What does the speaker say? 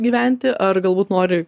gyventi ar galbūt nori